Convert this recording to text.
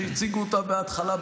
שהציגו אותה מההתחלה,